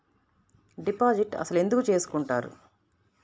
Deposit అసలు ఎందుకు చేసుకుంటారు?